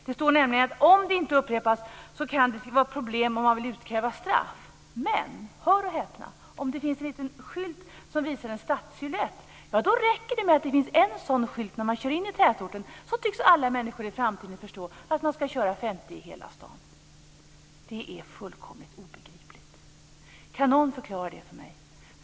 Det står nämligen att om det inte upprepas kan det vara ett problem om man vill utkräva straff. Men - hör och häpna! - om det finns en liten skylt som visar en stadssilhuett räcker det med en sådan skylt när man kör in i tätorten. Därmed tycks alla människor i framtiden förstå att man ska köra 50 i hela stan. Detta är fullkomligt obegripligt.